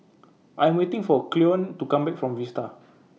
I'm waiting For Cleone to Come Back from Vista